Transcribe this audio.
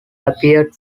appeared